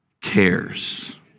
cares